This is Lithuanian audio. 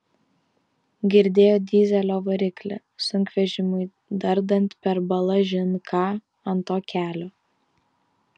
girdėjo dyzelio variklį sunkvežimiui dardant per balažin ką ant to kelio